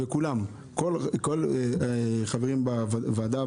חברים בוועדה,